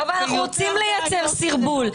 אנחנו רוצים לייצר סרבול,